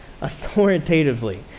authoritatively